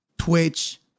Twitch